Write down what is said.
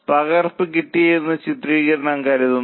പകർപ്പ് കിട്ടിയെന്ന് ചിത്രീകരണം കരുതുന്നു